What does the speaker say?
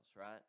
right